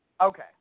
Okay